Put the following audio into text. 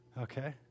Okay